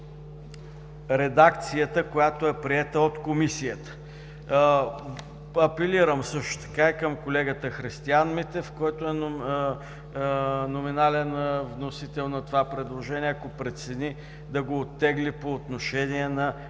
редакцията, приета от Комисията. Апелирам също така и към колегата Христиан Митев, който е номинален вносител на това предложение, ако прецени, да го оттегли по отношение на